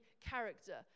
character